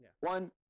One